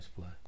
play